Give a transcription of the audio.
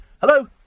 Hello